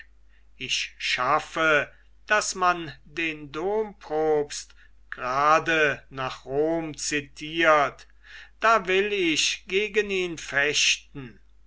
ich schaffe daß man den dompropst grade nach rom zitiert da will ich gegen ihn fechten